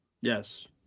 Yes